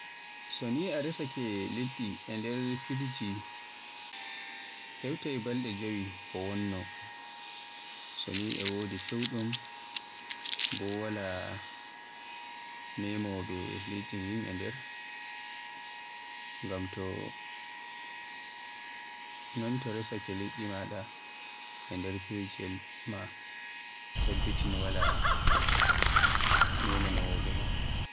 So ni a resaake liddi e nder firji hewtai balde jowi ko wonno, so ni e wodi fewdum, bo wala memowo liddi din e nder. ngam non ta resaake liddi maada e nder firjiyel ma tabbitin wala memonowa maa.